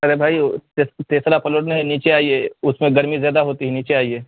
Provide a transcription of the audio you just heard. ارے بھائی تیسرا فلور نہیں نیچے آئیے اس میں گرمی زیادہ ہوتی ہے نیچے آئیے